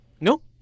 No